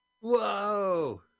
Whoa